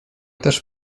też